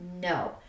No